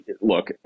look